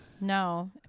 no